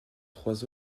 trois